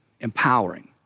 empowering